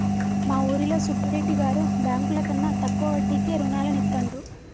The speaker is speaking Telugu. మా ఊరిలో సుబ్బిరెడ్డి గారు బ్యేంకుల కన్నా తక్కువ వడ్డీకే రుణాలనిత్తండ్రు